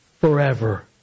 forever